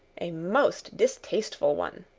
a most distasteful one.